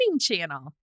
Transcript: Channel